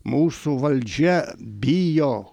mūsų valdžia bijo